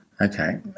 okay